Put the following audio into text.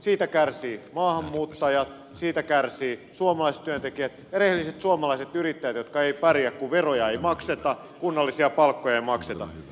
siitä kärsivät maahanmuuttajat siitä kärsivät suomalaiset työntekijät ja rehelliset suomalaiset yrittäjät jotka eivät pärjää kun veroja ei makseta kunnollisia palkkoja ei makseta